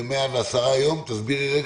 ו-110 יום - תסבירי.